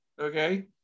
Okay